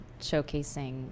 showcasing